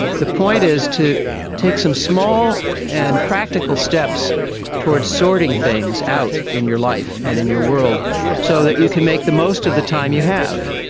the point is to take some small and practical steps towards sorting things out in your life and in your world so that you can make the most of the time you have.